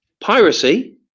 Piracy